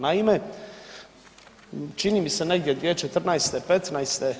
Naime, čini mi se negdje 2014., '15.